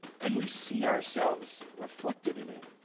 and we see ourselves reflected in it.